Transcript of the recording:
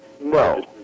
No